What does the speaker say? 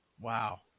Wow